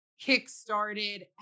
kickstarted